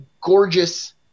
gorgeous